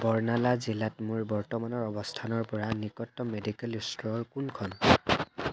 বাৰ্ণালা জিলাত মোৰ বৰ্তমানৰ অৱস্থানৰ পৰা নিকটতম মেডিকেল ষ্ট'ৰ কোনখন